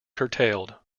curtailed